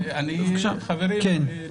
אני מבקש לסיים,